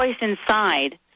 inside